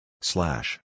Slash